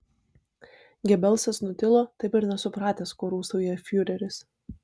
gebelsas nutilo taip ir nesupratęs ko rūstauja fiureris